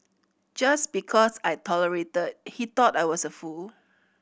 just because I tolerated he thought I was a fool